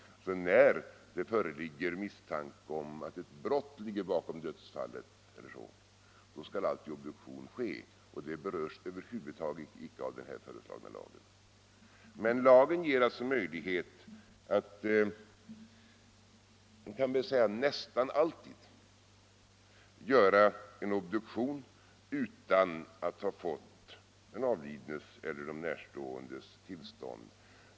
När det alltså föreligger misstanke om att ett brott ligger bakom dödsfallet skall alltid obduktion ske, och sådana fall berörs över huvud taget inte av den här föreslagna lagen. Men den här lagen ger möjlighet att nästan alltid göra en obduktion utan att man har fått den avlidnes eller närståendes tillstånd.